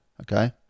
okay